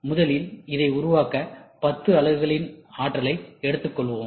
முதலில் இதை உருவாக்க 10 அலகுகளின் ஆற்றலை எடுத்துக்கொள்வோம்